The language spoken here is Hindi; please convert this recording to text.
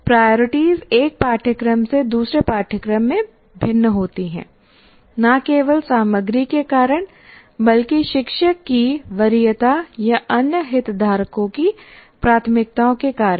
प्रायरिटी एक पाठ्यक्रम से दूसरे पाठ्यक्रम में भिन्न होती हैं न केवल सामग्री के कारण बल्कि शिक्षक की वरीयता या अन्य हितधारकों की प्राथमिकताओं के कारण भी